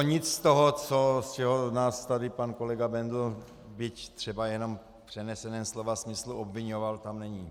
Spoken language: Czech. Nic z toho, z čeho nás tady pan kolega Bendl, byť třeba jenom v přeneseném slova smyslu, obviňoval, tam není.